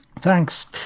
thanks